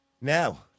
Now